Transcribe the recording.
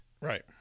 Right